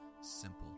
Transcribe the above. simple